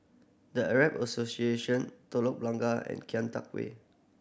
The Arab Association Telok Blangah and Kian Teck Way